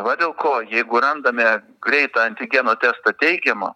va dėl ko jeigu randame greitą antigeno testą teigiamą